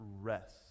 rest